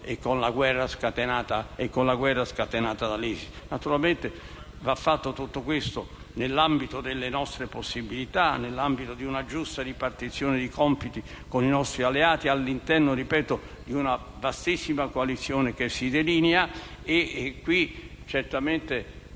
e con la guerra scatenata dall'ISIS. Naturalmente tutto questo va fatto nell'ambito delle nostre possibilità e di una giusta ripartizione di compiti con i nostri alleati, all'interno - ripeto - della vastissima coalizione che si delinea. Certo,